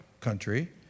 country